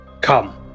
Come